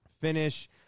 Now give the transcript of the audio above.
finish